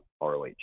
ROH